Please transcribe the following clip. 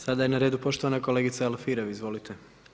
Sada je na redu poštovana kolegica Alfirev, izvolite.